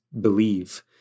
believe